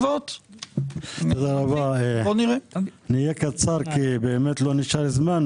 אהיה קצר כי לא נשאר זמן.